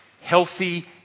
Healthy